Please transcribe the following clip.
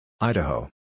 Idaho